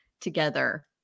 together